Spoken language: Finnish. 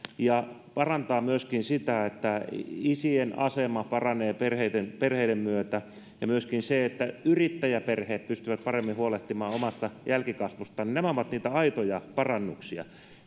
ja parantaa myöskin sitä että isien asema paranee perheiden perheiden myötä ja sitä että yrittäjäperheet pystyvät paremmin huolehtimaan omasta jälkikasvustaan nämä ovat niitä aitoja parannuksia